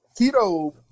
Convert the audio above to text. Keto